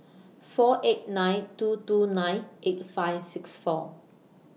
four eight nine two two nine eight five six four